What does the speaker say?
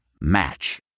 Match